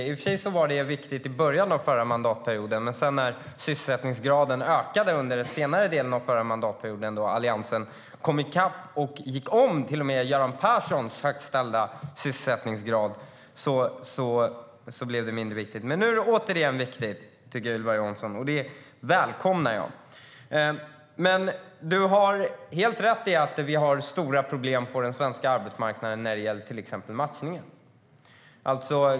I och för sig var det viktigt i början av förra mandatperioden. När sedan sysselsättningsgraden ökade under den senare delen av förra mandatperioden när Alliansen kom i kapp och gick om till och med Göran Perssons högt ställda mål för sysselsättningsgrad blev det mindre viktigt. Nu är det återigen viktigt, tycker Ylva Johansson. Det välkomnar jag. Du har helt rätt i att vi har stora problem på den svenska arbetsmarknaden när det gäller till exempel matchningen.